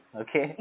okay